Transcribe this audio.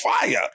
fire